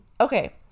okay